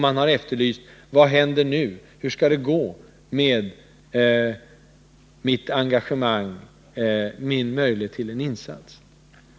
Man har frågat: Vad händer nu, hur skall det gå med mitt engagemang, min möjlighet att göra en insats?